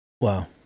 Wow